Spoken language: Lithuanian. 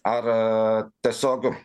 ar tiesiog